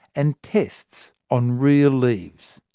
and tests, on real leaves.